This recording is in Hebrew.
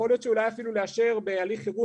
יכול להיות שאולי אפילו לאשר בהליך חירום